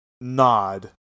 nod